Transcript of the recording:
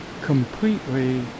completely